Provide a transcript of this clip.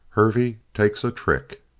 hervey takes a trick